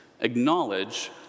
acknowledge